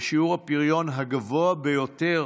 ושיעור הפריון בה הוא הגבוה ביותר